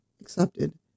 accepted